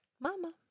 Mama